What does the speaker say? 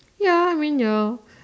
ya I mean you'll